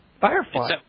Firefly